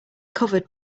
covered